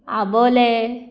आबोलें